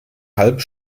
halbe